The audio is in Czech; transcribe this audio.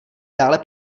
dále